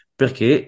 perché